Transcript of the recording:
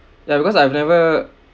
ya because I've never